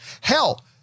hell